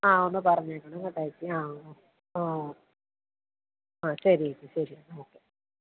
ആ ഒന്ന് പറഞ്ഞേക്കണം കേട്ടോ ഏച്ചി ആ ആ ആ ശരി ഏച്ചി ശരി